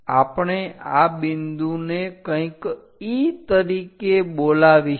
આપણે આ બિંદુને કંઈક E તરીકે બોલાવીશું